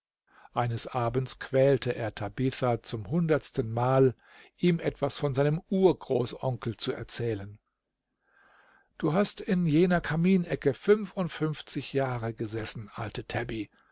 eines abends quälte er tabitha zum hundertsten male ihm etwas von seinem urgroßonkel zu erzählen du hast in jener kaminecke fünfundfünfzig jahre gesessen alte tabby